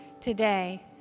today